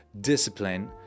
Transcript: discipline